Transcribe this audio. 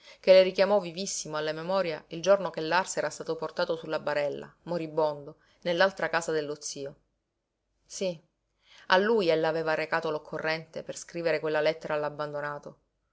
che le richiamò vivissimo alla memoria il giorno che lars era stato portato su la barella moribondo nell'altra casa dello zio sí a lui ella aveva recato l'occorrente per scrivere quella lettera all'abbandonato